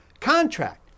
contract